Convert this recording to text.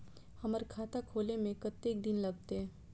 हमर खाता खोले में कतेक दिन लगते?